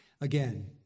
Again